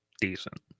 decent